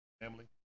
family